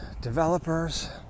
developers